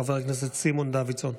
חבר הכנסת סימון דוידסון.